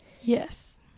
Yes